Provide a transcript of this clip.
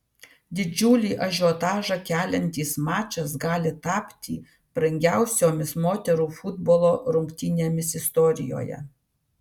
didžiulį ažiotažą keliantis mačas gali tapti brangiausiomis moterų futbolo rungtynėmis istorijoje